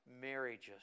marriages